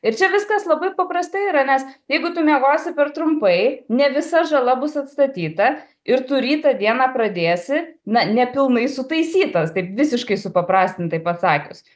ir čia viskas labai paprastai yra nes jeigu tu miegosi per trumpai ne visa žala bus atstatyta ir tu rytą dieną pradėsi na nepilnai sutaisytas taip visiškai supaprastintai pasakius